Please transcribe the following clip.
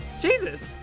Jesus